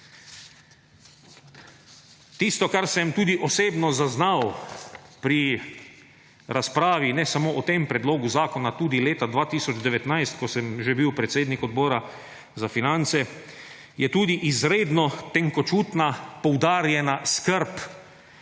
Tisto, kar sem tudi osebno zaznal pri razpravi ne samo o tem predlogu zakona, tudi leta 2019, ko sem že bil predsednik Odbora za finance, je tudi izredno tenkočutna poudarjena skrb